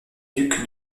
ducs